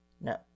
no